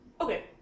okay